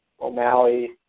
O'Malley